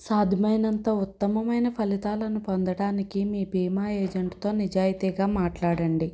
సాధ్యమైనంత ఉత్తమమైన ఫలితాలను పొందడానికి మీ బీమా ఏజెంట్తో నిజాయితీగా మాట్లాడండి